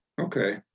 Okay